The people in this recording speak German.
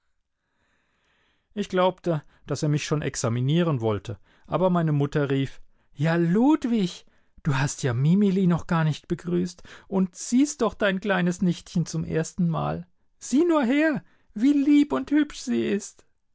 ich glaubte daß er mich schon examinieren wollte aber meine mutter rief ja ludwig du hast ja mimili noch gar nicht begrüßt und siehst doch dein kleines nichtchen zum erstenmal sieh nur her wie lieb und hübsch sie ist